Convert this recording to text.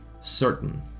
certain